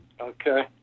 okay